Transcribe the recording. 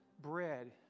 bread